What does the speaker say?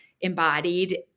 embodied